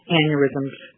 aneurysms